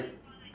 I